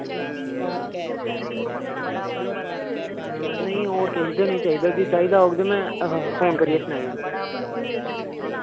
नेईं और किश ते नी चाहिदा फ्ही चाहिदा होग ते मैं फोन करियै सनाई ओड़गा